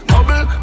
Bubble